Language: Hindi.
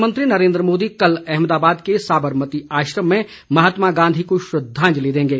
प्रधानमंत्री नरेन्द्र मोदी कल अहमदाबाद के साबरमती आश्रम में महात्मा गांधी को श्रद्वांजलि देंगे